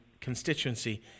constituency